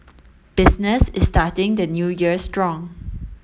business is starting the new year strong